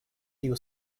tiu